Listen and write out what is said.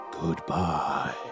goodbye